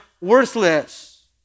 worthless